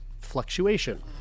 fluctuation